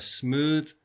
smooth